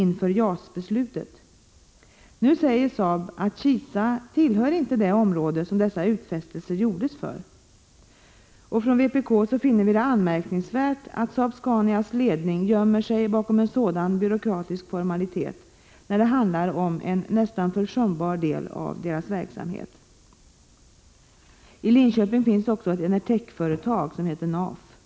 Nu säger Saab att Kisa inte tillhör det område som utfästelserna gällde. Vpk finner det anmärkningsvärt att Saab-Scanias ledning gömmer sig bakom en sådan byråkratisk formalitet, när det handlar om en nästan försumbar del av verksamheten. I Linköping finns det också ett Enertech-företag. Det heter NAF. I Prot.